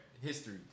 history